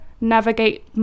navigate